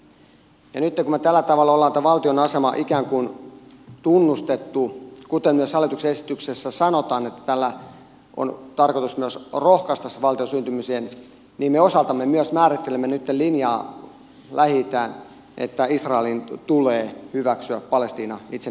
nyt kun me tällä tavalla olemme tämän valtion aseman ikään kuin tunnustaneet kuten myös hallituksen esityksessä sanotaan että tällä on tarkoitus myös rohkaista sen valtion syntymiseen niin me osaltamme myös määrittelemme nyt linjaa lähi itään sitä että israelin tulee hyväksyä palestiina itsenäisenä valtiona